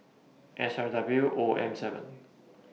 S R W O M seven